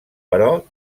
però